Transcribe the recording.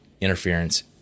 interference